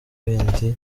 bindi